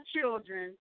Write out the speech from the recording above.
children